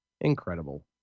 incredible